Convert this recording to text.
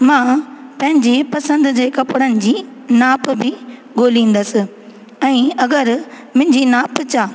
मां पंहिंजी पसंदि जे कपिड़नि जी नाप बि ॻोल्हींदसि ऐं अगरि मुंहिंजी नाप जा